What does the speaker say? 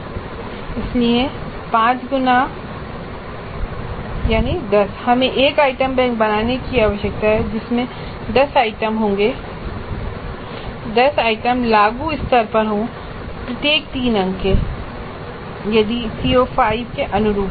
उदाहरण के लिए CO5 के लिए हमने देखा कि हमें 3 अंकों में से प्रत्येक के लिए दो आइटम की आवश्यकता है इसलिए पांच गुना 10 हमें एक आइटम बैंक बनाने की आवश्यकता है जिसमें 10 आइटम लागू स्तर पर हों प्रत्येक 3 अंक CO5 के अनुरूप हों